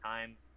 Times